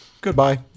goodbye